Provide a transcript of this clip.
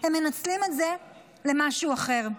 הם מנצלים את זה למשהו אחר.